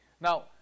Now